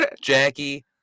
Jackie